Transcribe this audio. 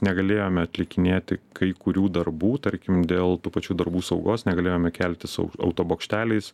negalėjome atlikinėti kai kurių darbų tarkim dėl tų pačių darbų saugos negalėjome kelti sau auto bokšteliais